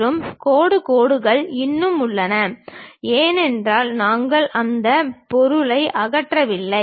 மற்றும் கோடு கோடுகள் இன்னும் உள்ளன ஏனென்றால் நாங்கள் அந்த பொருளை அகற்றவில்லை